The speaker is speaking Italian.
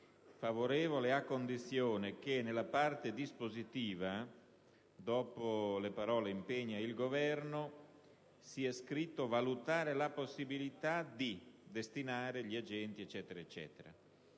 favorevole a condizione che nella parte dispositiva, dopo le parole «impegna il Governo», sia scritto: «a valutare la possibilità di destinare gli agenti» e